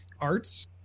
arts